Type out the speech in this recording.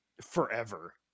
forever